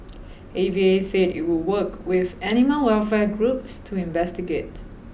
A V A said it would work with animal welfare groups to investigate